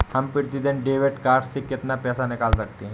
हम प्रतिदिन debit card से कितना पैसा निकाल सकते हैं?